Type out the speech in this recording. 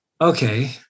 Okay